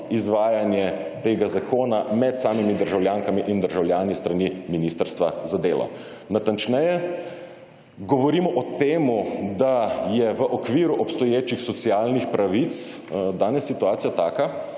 izvajanje tega zakona med samimi državljankami in državljani s strani Ministrstva za delo. Natančneje, govorimo o temu, da je v okviru obstoječih socialnih pravic danes situacija taka,